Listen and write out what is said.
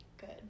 Good